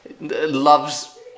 loves